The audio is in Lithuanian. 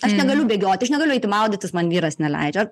aš negaliu bėgioti aš negaliu eiti maudytis man vyras neleidžia